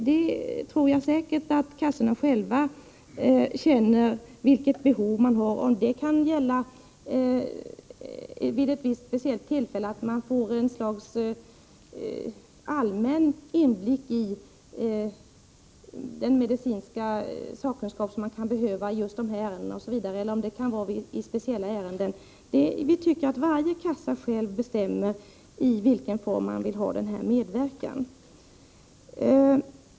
Jag tror säkert att kassorna själva kan avgöra vilket behov man har. Man kan kanske vid ett speciellt tillfälle behöva ett slags allmän inblick i den medicinska sakkunskapen när det gäller just dessa ärenden, eller man har kanske behov av detta vid andra speciella ärenden. Vi tycker att varje kassa själv skall bestämma i vilken form man vill ha denna medverkan.